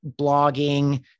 blogging